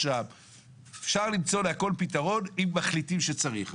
אפשר למצוא להכל פתרון אם מחליטים שצריך.